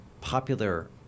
popular